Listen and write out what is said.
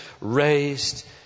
raised